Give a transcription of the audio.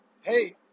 Hey